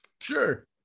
Sure